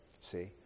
see